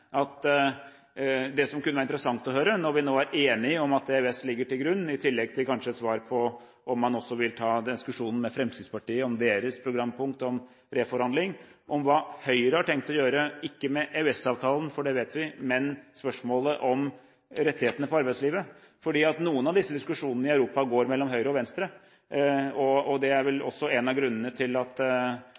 Norge. Det som kunne vært interessant å høre – når vi nå er enige om at EØS ligger til grunn, i tillegg til et svar på om man vil ta diskusjonen med Fremskrittspartiet om deres programpunkt om reforhandling – er hva Høyre har tenkt å gjøre, ikke med EØS-avtalen, for det vet vi, men med spørsmål om rettigheter i arbeidslivet, for noen av disse diskusjonene i Europa går mellom høyresiden og venstresiden. Det er vel også en av grunnene til at